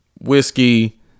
whiskey